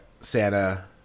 Santa